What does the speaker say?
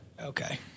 Okay